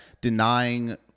denying